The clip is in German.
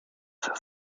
für